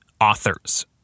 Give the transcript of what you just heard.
authors